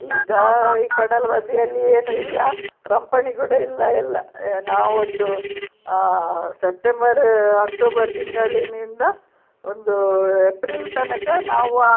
ಈಗ ಈ ಕಡಲ್ವದಿಯಲ್ಲಿ ಏನು ಇಲ್ಲ ರಂಪಣಿ ಕೂಡ ಇಲ್ಲ ಇಲ್ಲ ನಾವೊಂದು ಸೆಪ್ಟೆಂಬರ್ ಅಕ್ಟೋಬರ್ ತಿಂಗಳಿನಿಂದ ಒಂದು ಎಪ್ರಿಲ್ ತನಕ ನಾವು ಆ